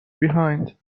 behind